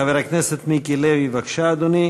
חבר הכנסת מיקי לוי, בבקשה, אדוני.